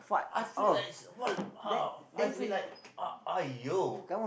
I feel like s~ wal~ uh I feel like uh !aiyo!